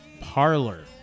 parlor